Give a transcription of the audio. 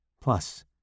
Plus